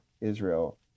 Israel